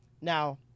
Now